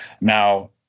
now